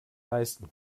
leisten